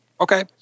Okay